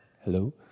hello